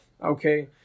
Okay